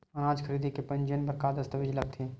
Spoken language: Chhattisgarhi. अनाज खरीदे के पंजीयन बर का का दस्तावेज लगथे?